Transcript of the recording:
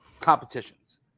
competitions